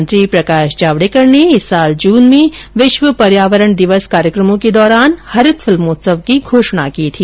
पर्यावरण मंत्री प्रकाश जावड़ेकर ने इस वर्ष जून में विश्व पर्यावरण दिवस कार्यक्रमों के दौरान हरित फिल्मोत्सव की घोषणा की थी